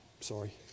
sorry